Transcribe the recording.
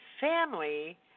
family